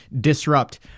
disrupt